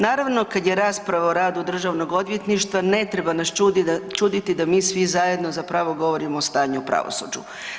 Naravno kad je rasprava o radu Državnog odvjetništva ne treba nas čuditi da mi svi zajedno zapravo govorimo o stanju u pravosuđu.